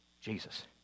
Jesus